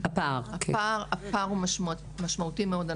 הפער הוא משמעותי מאוד.